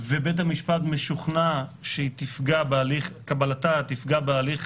ובית המשפט משוכנע שקבלתה תפגע מהותית בהליך